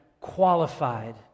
qualified